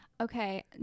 okay